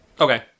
Okay